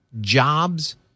jobs